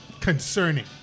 concerning